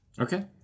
Okay